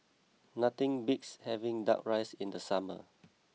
nothing beats having Duck Rice in the summer